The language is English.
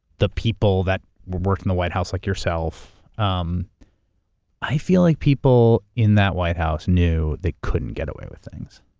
the people that work in the white house like yourself, um i feel like people in that white house knew they couldn't get away with things.